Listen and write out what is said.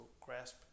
grasp